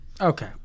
Okay